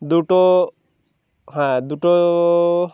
দুটো হ্যাঁ দুটো